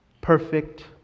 perfect